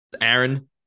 Aaron